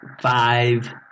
five